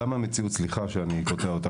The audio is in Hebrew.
סליחה שאני קוטע אותך,